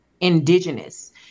indigenous